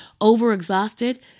overexhausted